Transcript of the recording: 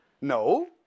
No